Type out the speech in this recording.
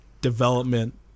development